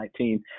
2019